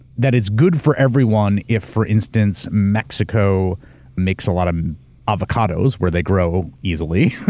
that it's good for everyone if, for instance, mexico makes a lot of avocados, where they grow easily,